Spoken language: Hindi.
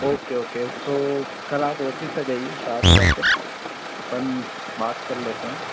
ओके ओके तो कल आप ऑफिस आ जाइए शाहपुरा पर अपन बात कर लेते हैं